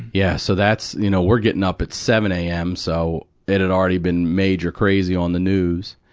yeah, so that's you know, we're getting up at seven am, so it had already been major crazy on the news.